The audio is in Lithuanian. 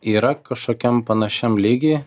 yra kažkokiam panašiam lygy